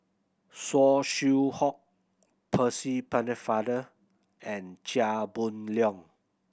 Saw Swee Hock Percy Pennefather and Chia Boon Leong